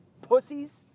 pussies